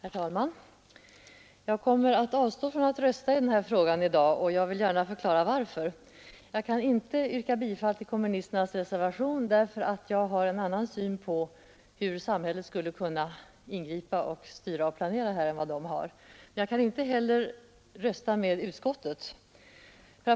Herr talman! Jag kommer i dag att avstå från att rösta i den här frågan och vill gärna förklara varför. Jag kan inte yrka bifall till den kommunistiska reservationen, därför att jag har en annan syn på hur samhället skulle kunna ingripa, styra och planera. Men jag kan inte heller rösta med utskottet.